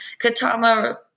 Katama